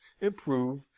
improve